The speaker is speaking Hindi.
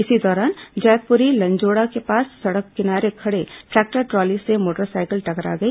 इसी दौरान जैतपुरी लंजोड़ा के पास सड़क किनारे खड़े ट्रैक्टर ट्रॉली से मोटरसाइकिल टकरा गई